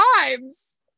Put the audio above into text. times